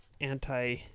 anti